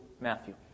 Matthew